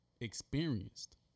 experienced